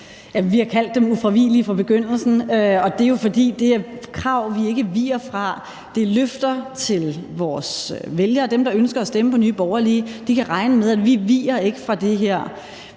Vi har kaldt dem ufravigelige fra begyndelsen, og det er jo, fordi det er krav, vi ikke viger fra. Det er løfter til vores vælgere. Dem, der ønsker at stemme på Nye Borgerlige, kan regne med, at vi ikke viger fra det her.